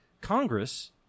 Congress